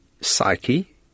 psyche